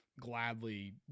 gladly